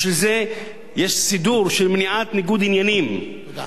בשביל זה יש סידור של מניעת ניגוד עניינים, תודה.